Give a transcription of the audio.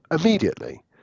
immediately